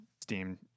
steam